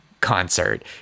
concert